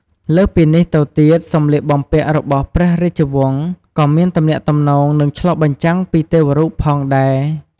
លើសពីនេះទៅទៀត សម្លៀកបំពាក់របស់ព្រះរាជវង្សក៏មានទំនាក់ទំនង និងឆ្លុះបញ្ចាំងពីទេវរូបផងដែរ។